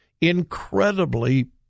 incredibly